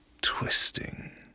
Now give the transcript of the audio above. twisting